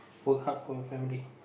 work hard for your family